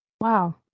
Wow